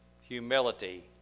humility